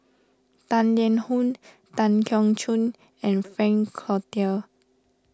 Tang Liang Hong Tan Keong Choon and Frank Cloutier